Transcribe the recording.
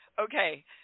Okay